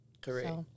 Correct